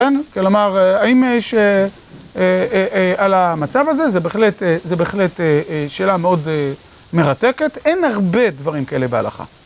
כן, כלומר, האם יש על המצב הזה, זו בהחלט שאלה מאוד מרתקת, אין הרבה דברים כאלה בהלכה.